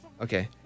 Okay